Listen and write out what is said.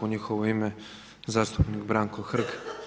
U njihovo ime zastupnik Branko Hrg.